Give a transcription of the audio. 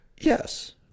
yes